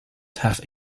have